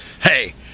Hey